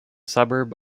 suburb